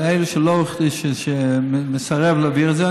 ואלה שמסרבים להעביר את זה,